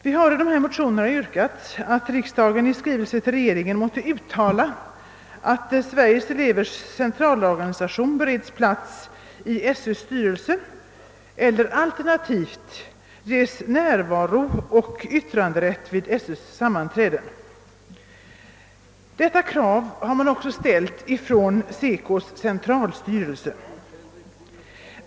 Vi har där yrkat att riksdagen i skrivelse till regeringen måtte uttala att Sveriges elevers centralorganisation bereds plats i SÖ:s styrelse eller alternativt ges närvarooch yttranderätt vid skolöverstyrelsens sammanträden. Detta krav har också ställts från SECO:s centralstyrelse.